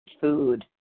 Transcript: food